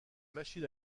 machines